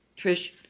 Trish